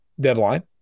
deadline